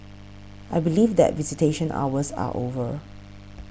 I believe that visitation hours are over